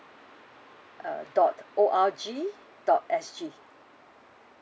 uh dot O R G dot S G